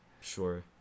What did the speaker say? Sure